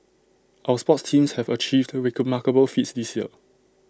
our sports teams have achieved remarkable feats this year